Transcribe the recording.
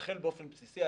באופן בסיסי,